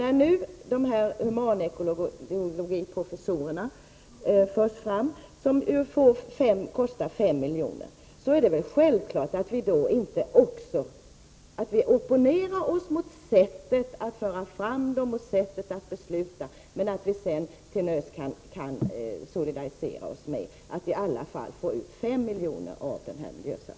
När nu de här humanekologiprofessurerna förs fram — de får kosta 5 miljoner — är det väl självklart att vi opponerar oss mot sättet att föra fram de förslagen och sättet att besluta, men att vi sedan till nöds kan solidarisera oss med förslaget så att vi i alla fall får ut en miljösatsning på 5 miljoner av det här beslutet.